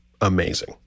amazing